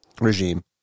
regime